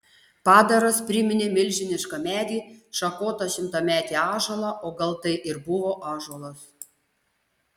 padaras priminė milžinišką medį šakotą šimtametį ąžuolą o gal tai ir buvo ąžuolas